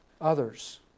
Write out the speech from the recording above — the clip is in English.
others